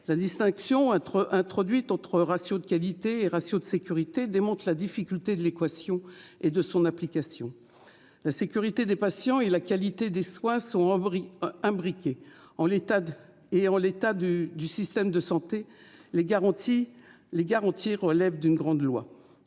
La distinction introduite entre « ratios de qualité » et « ratios de sécurité » démontre la difficulté de l'équation et de son application. La sécurité des patients et la qualité des soins sont imbriquées, et, en l'état du système de santé, les garanties devraient relever d'une grande loi.